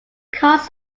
costs